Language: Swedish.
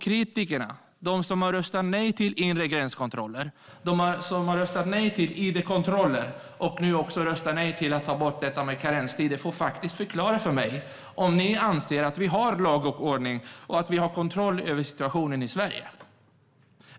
Kritikerna - de som har röstat nej till inre gränskontroller och idkontroller och nu också röstar nej till att ta bort karenstider - får faktiskt förklara för mig om de anser att vi har lag och ordning och kontroll över situationen i Sverige.